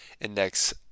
index